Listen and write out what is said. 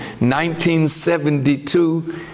1972